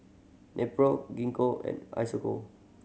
Nepro Gingko and Isocal